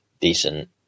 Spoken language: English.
decent